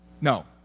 No